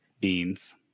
Beans